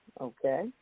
Okay